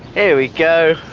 here we go.